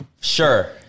Sure